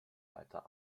weiter